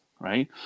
right